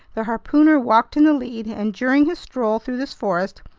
the harpooner walked in the lead, and during his stroll through this forest,